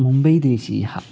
मुम्बैदेशीयः